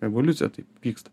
evoliucija taip vyksta